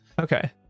Okay